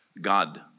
God